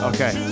Okay